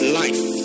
life